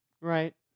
Right